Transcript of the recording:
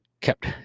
kept